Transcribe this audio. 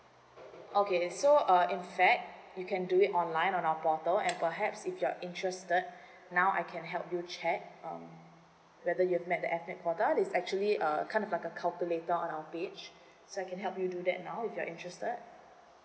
okay uh so uh in fact you can do it online on our portal and perhaps if you're interested now I can help you check um whether you've met the ethnic quota there's actually a kind of like a calculator on our page so I can help you do that now if you're interested